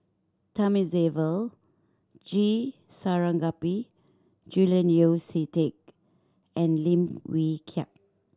Thamizhavel G Sarangapani Julian Yeo See Teck and Lim Wee Kiak